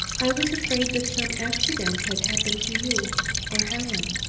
i was afraid that some accident had happened to you or helen.